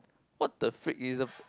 what the freak he's a